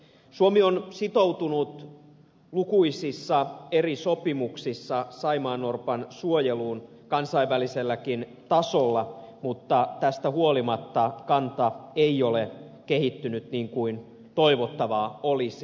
suomi on sitoutunut lukuisissa eri sopimuksissa saimaannorpan suojeluun kansainväliselläkin tasolla mutta tästä huolimatta kanta ei ole kehittynyt niin kuin toivottavaa olisi